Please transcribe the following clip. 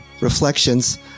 reflections